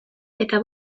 eta